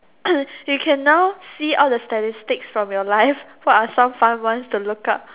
you can now see all the statistics from your life what are some fun ones to look up